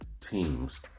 teams